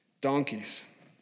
donkeys